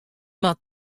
moat